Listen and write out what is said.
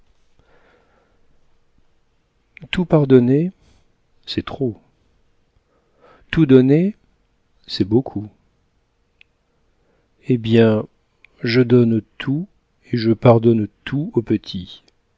tout pardonner c'est trop tout donner c'est beaucoup eh bien je donne tout et je pardonne tout aux petits